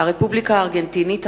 הרפובליקה הארגנטינית,